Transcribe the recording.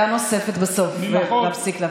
אתה יכול להירשם לעמדה נוספת בסוף ולהפסיק להפריע.